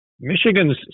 Michigan's